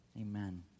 Amen